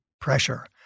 pressure